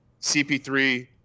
CP3